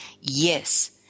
Yes